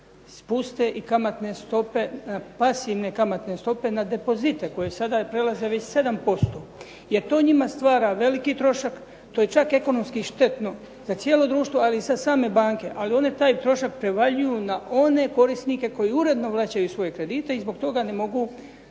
stope, pasivne kamatne stope na depozite koji sada prelaze već 7%. Jer to njima stvara veliki trošak, to je čak ekonomski štetno da cijelo društvo, ali i sa same banke, ali one taj trošak prevaljuju na one korisnike koji uredno vraćaju svoje kredite i zbog toga ne mogu